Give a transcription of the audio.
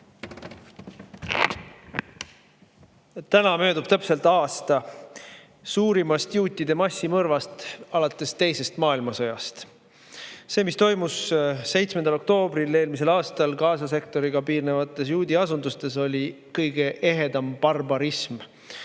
Täna möödub täpselt aasta suurimast juutide massimõrvast alates teisest maailmasõjast. See, mis toimus 7. oktoobril eelmisel aastal Gaza sektoriga piirnevates juudi asundustes, oli kõige ehedam barbarism: